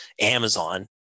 Amazon